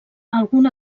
alguna